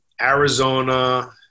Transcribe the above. Arizona